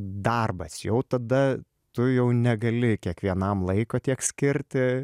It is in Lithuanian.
darbas jau tada tu jau negali kiekvienam laiko tiek skirti